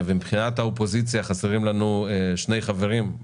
ומבחינת האופוזיציה חסרים לנו שני חברים,